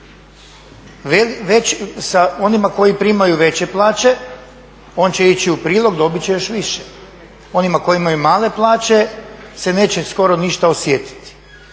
plan. Onima koji primaju veće plaće on će ići u prilog, dobit će još više. Onima koji imaju male plaće se neće skoro ništa osjetiti.